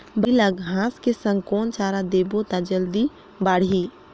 बकरी ल घांस के संग कौन चारा देबो त जल्दी बढाही?